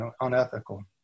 unethical